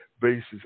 basis